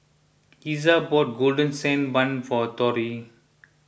Iza bought Golden Sand Bun for Torrie